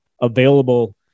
available